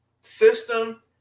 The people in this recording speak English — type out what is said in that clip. System